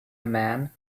man